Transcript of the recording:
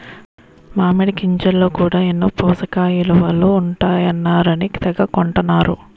గుమ్మిడి గింజల్లో కూడా ఎన్నో పోసకయిలువలు ఉంటాయన్నారని తెగ కొంటన్నరు